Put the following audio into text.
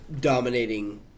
dominating